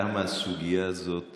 כמה הסוגיה הזאת